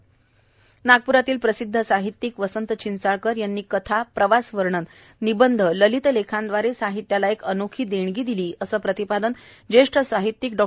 सहस्त्रचंद्रदर्शन नागपूर नागप्रातील प्रसिदध साहित्यिक वसंत चिंचाळकर यांनी कथा प्रवास वर्णन निबंध ललित लेखांद्वारे साहित्याला एक अनोखी देणगी दिली असे प्रतिपादन ज्येष्ठ साहित्यिक डॉ